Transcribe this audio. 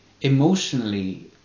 emotionally